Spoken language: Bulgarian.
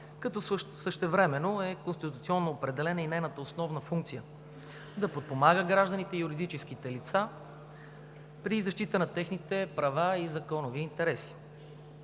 като същевременно е конституционно определена и нейната основна функция е да подпомага гражданите и юридическите лица при защита на техните права и законови интереси,